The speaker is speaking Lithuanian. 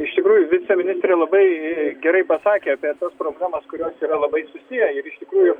iš tikrųjų viceministrė labai gerai pasakė apie tas programas kurios yra labai susiję ir iš tikrųjų